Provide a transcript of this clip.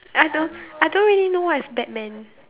I don't I don't really watch Batman